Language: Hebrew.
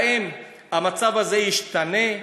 האם המצב הזה ישתנה?